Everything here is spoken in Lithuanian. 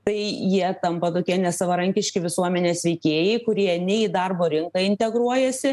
tai jie tampa tokie nesavarankiški visuomenės veikėjai kurie nei į darbo rinką integruojasi